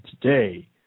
today